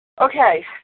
Okay